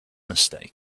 mistake